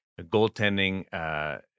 goaltending